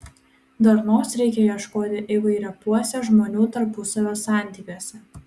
darnos reikia ieškoti įvairiopuose žmonių tarpusavio santykiuose